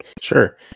Sure